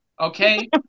Okay